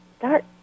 Start